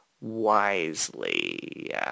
wisely